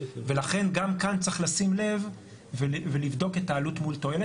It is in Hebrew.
ולכן גם כאן צריך לשים לב ולבדוק את העלות מול תועלת.